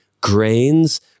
grains